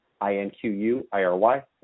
I-N-Q-U-I-R-Y